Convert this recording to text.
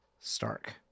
Stark